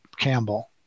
Campbell